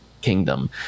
Kingdom